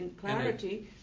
clarity